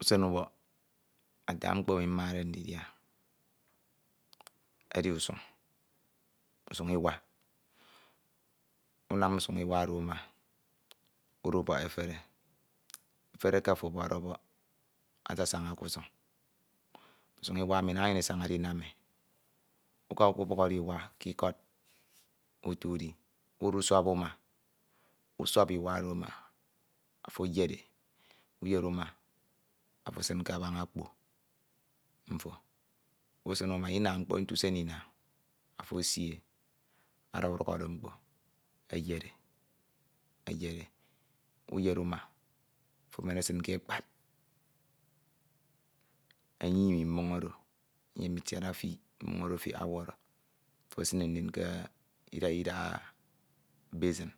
Usen ubok ata mkpo emi made ndidia edi usuñ usuñ iwa unam usuñ Oro uma udubọk efehe efere eke afo ọbọkde bọk asasaña ma e uka ukebukhọde iwa k'ikọd utu udi udusọbọ uma usọba iwa oro uma afo eyed e afo esin ke abañ akpo mfo usin uma ina mkpo nte usen inañ afo esie ada udukhọde mkpo eyed eyed e uyed e uma afo emen esin ke ekpad eyem mmoñ oro eyem itiad efik mmoñ oro afiak ọwọrọ afo esin e ndin k'idaidak basin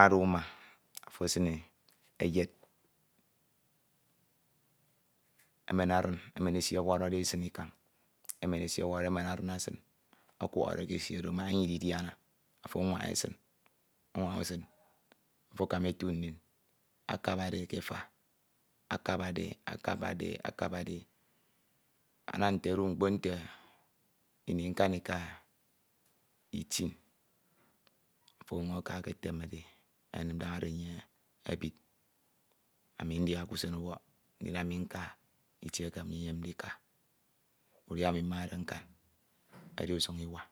aduma afo esine eyed emen adin emen esi ọwọrọ edi ikañ emen emen esi ọwọrọ e ke esi oro mak enye ididiana afo anwaña e esin, unwaña e usin afo akama etu ndin akabade e ke efa akabade e akabade ama nte odu mkpo nte ini nkanika itin afo ọyuñ aka eketemede e naña do enye ebid ami ndia k'usen ubọk ndin ami nka itie eke ami nyemde ndika udia ami mmade nka edi usañ iwa.